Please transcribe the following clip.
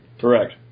Correct